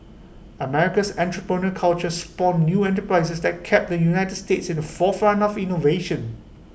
America's entrepreneurial culture spawned new enterprises that kept the united states in the forefront of innovation